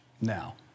Now